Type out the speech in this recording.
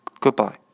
Goodbye